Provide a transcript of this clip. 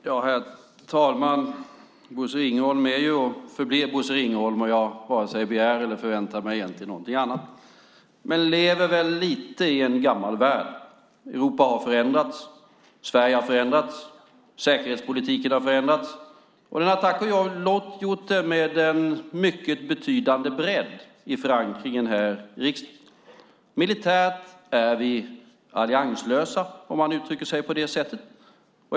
Herr talman! Bosse Ringholm är och förblir Bosse Ringholm - jag varken begär eller förväntar mig egentligen någonting annat - men lever väl lite i en gammal värld. Europa har förändrats. Sverige har förändrats. Säkerhetspolitiken har förändrats - tack och lov med en mycket betydande bredd i förankringen här i riksdagen. Militärt är vi allianslösa - för att uttrycka sig på det sättet.